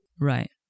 right